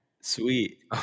Sweet